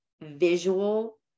visual